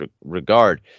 regard